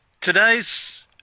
Today's